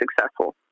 successful